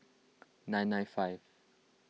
nine nine five